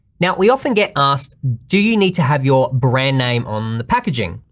now we often get asked, do you need to have your brand name on the packaging?